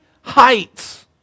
heights